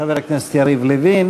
חבר הכנסת יריב לוין